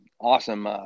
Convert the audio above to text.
awesome